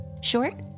short